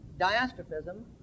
diastrophism